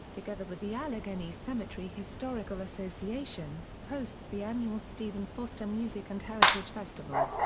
together with the allegheny cemetery historical association, hosts the annual stephen foster music and heritage festival.